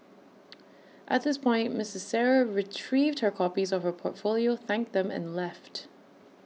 at this point Ms Sarah retrieved her copies of her portfolio thanked them and left